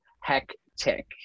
hectic